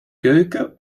keuken